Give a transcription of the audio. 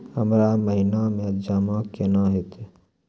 हमरा महिना मे जमा केना हेतै?